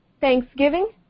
Thanksgiving